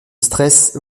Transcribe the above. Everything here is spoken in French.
stress